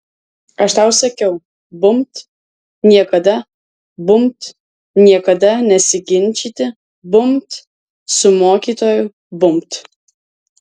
aš tau sakiau bumbt niekada bumbt niekada nesiginčyti bumbt su mokytoju bumbt